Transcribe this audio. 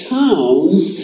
towns